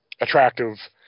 attractive